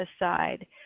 aside